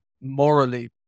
morally